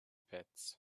pits